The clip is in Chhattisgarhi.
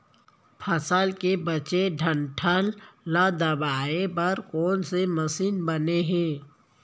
फसल के बचे डंठल ल दबाये बर कोन से मशीन बने हे?